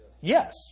Yes